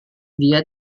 dia